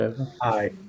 Hi